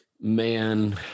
Man